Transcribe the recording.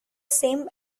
same